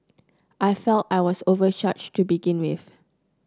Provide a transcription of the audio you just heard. I felt I was overcharged to begin with